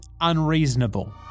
unreasonable